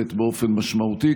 מוזלת באופן משמעותי.